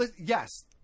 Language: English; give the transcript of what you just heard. yes